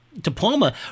diploma